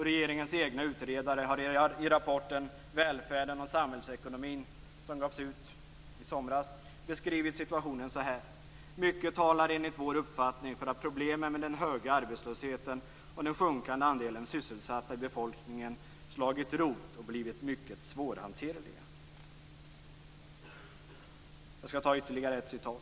Regeringens egna utredare har i rapporten Välfärden och samhällsekonomin, som gavs ut i somras, beskrivit situationen så här: "Mycket talar enligt vår uppfattning för att problemen med den höga arbetslösheten och den sjunkande andelen sysselsatta i befolkningen slagit rot och blivit mycket svårhanterliga." Jag har ytterligare ett citat.